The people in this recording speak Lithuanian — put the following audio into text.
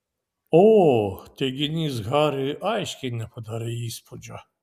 o teiginys hariui aiškiai nepadarė įspūdžio